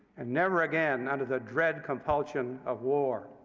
and never again under the dread compulsion of war.